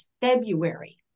February